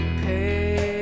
pay